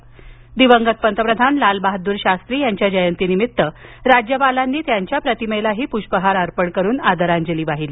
तसंच दिवंगत पंतप्रधान लाल बहादुर शास्त्री यांच्या जयंतीनिमित्त राज्यपालांनी शास्त्रींच्या प्रतिमेला पुष्पहार अर्पण करून आदरांजली वाहिली